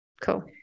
Cool